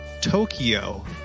Tokyo